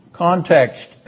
Context